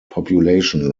population